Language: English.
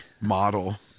model